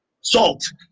salt